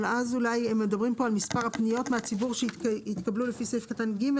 הם מדברים פה על מספר הפניות מהציבור שהתקבלו לפי סעיף קטן (ג),